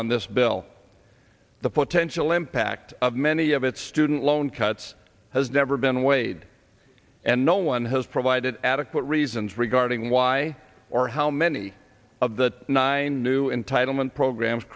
on this bill the potential impact of many of its student loan cuts has never been weighed and no one has provided adequate reasons regarding why or how many of the nine new entitlement programs